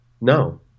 No